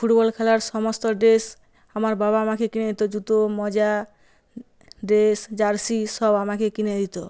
football খেলার সমস্ত dress আমার বাবা আমাকে কিনে দিত জুতো মোজা ড্রেস জার্সি সব আমাকে কিনে দিত